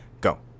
Go